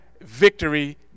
victory